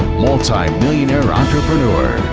multi-millionaire entrepreneur,